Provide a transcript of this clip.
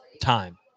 time